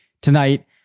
tonight